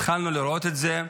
התחלנו לראות את זה,